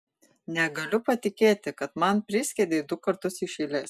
negaliu patikėti kad man priskiedei du kartus iš eilės